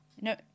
No